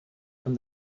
from